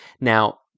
Now